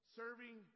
serving